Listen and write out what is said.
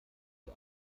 wir